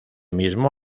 mismo